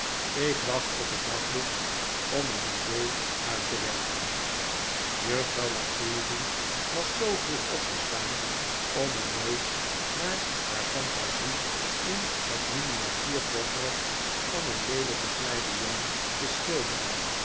ik wacht op het daglicht om een idee uit te werken juffrouw la creevy was zoo vroeg opgestaan om een neus naar haar phantasie in het miniatuurportret van een leelijken kleinen jongen te schilderen